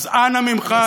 אז אנא ממך,